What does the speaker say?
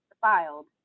filed